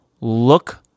look